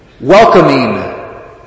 welcoming